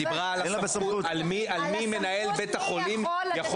היא דיברה על מי מנהל בית החולים יכול